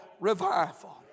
revival